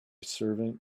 servant